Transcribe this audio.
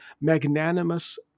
magnanimous